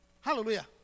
hallelujah